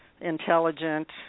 intelligent